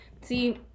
See